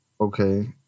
okay